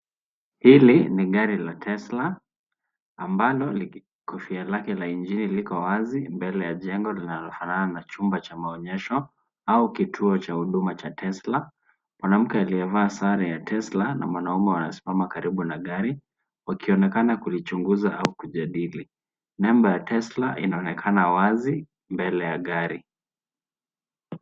Hili ni gari la Tesla ambalo kofia lake la injini liko wazi mbele ya jengo linalofanana na chumba cha maonyesho au kituo cha huduma cha Tesla. Mwanamke aliyevaa sare ya Tesla na mwanamume wanasimama karibu na gari wakionekana kulichunguza au kujadili. Namba ya Tesla inaonekana wazi mbele ya gari.